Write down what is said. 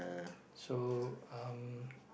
so um